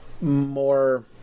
more